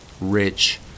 rich